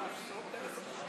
אני מסכים איתך, חבר הכנסת חזן.